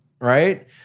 right